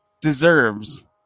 deserves